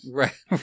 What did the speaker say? right